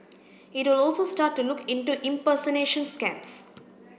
it will also start to look into impersonation scams